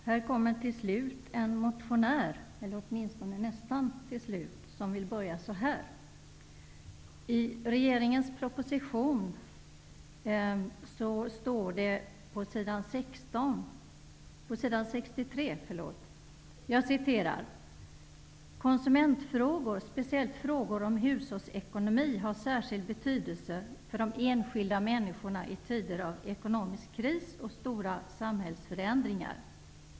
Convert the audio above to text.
Här kommer till slut, eller nästan till slut, en motionär som vill börja så här: I regeringens proposition står det så här på s. 63: ''Konsumentfrågor, speciellt frågor om hushållsekonomi har särskild betydelse för de enskilda människorna i tider av ekonomisk kris och stora samhällsförändringar.